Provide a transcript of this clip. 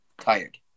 tired